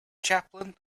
chaplain